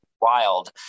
wild